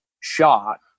shot